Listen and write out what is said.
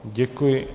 Děkuji.